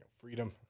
freedom